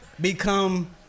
Become